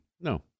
No